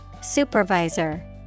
Supervisor